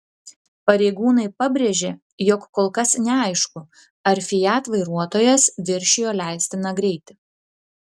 pareigūnai pabrėžė jog kol kas neaišku ar fiat vairuotojas viršijo leistiną greitį